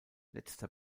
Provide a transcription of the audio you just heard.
letzter